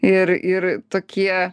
ir ir tokie